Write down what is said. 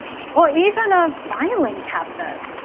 or even a filing cabinet.